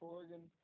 Oregon